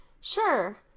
sure